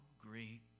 great